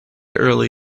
early